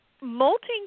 Molting